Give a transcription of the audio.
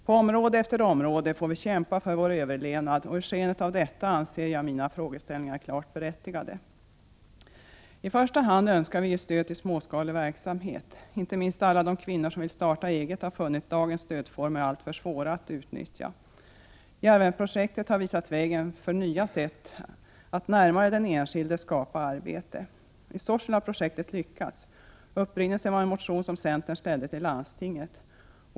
På område efter område får vi kämpa för vår överlevnad, och i skenet av detta anser jag att mina frågeställningar är klart berättigade. I första hand önskar vi ge stöd till småskalig verksamhet. Inte minst alla de kvinnor som vill starta eget har funnit dagens stödformer alltför svåra att utnyttja. Djärvenprojektet har visat vägen för nya sätt att skapa arbete närmare den enskilde. I Sorsele har projektet lyckats. Upprinnelsen var en motion som centern väckte i landstinget.